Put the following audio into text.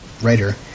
Writer